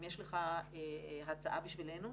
אם יש לך הצעה בשבילנו,